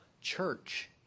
church